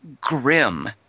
grim